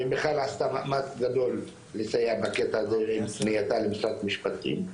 ומיכל עשתה מאמץ גדול לסייע בקטע הזה עם פנייתה למשרד המשפטים,